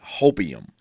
hopium